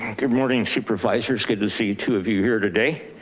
good morning supervisors, good to see two of you here today.